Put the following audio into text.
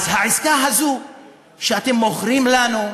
אז העסקה הזו שאתם מוכרים לנו: